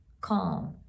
calm